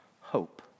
hope